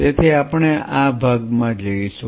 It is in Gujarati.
તેથી આપણે આ ભાગમાં જઈશું